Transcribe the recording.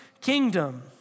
kingdom